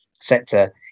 sector